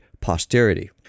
posterity